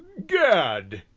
gad!